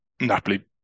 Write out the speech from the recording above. Napoli